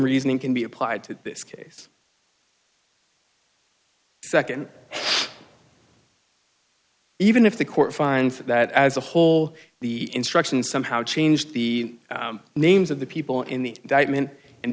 reasoning can be applied to this case the nd even if the court finds that as a whole the instructions somehow changed the names of the people in the men and